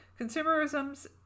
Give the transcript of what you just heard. consumerism's